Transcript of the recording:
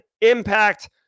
impact